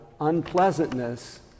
unpleasantness